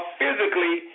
physically